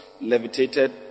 levitated